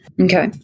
Okay